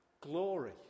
Glory